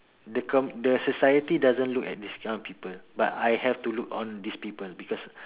the com~ the society doesn't look at this kind of people but I have to look on these people because